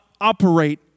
operate